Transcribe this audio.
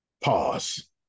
Pause